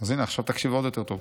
אז הינה, עכשיו תקשיב עוד יותר טוב.